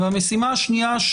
המשימה השנייה,